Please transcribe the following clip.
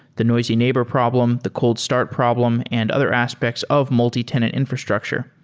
the noisy neighbor problem, the cold start problem and other aspects of multitenant infrastructure.